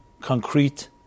concrete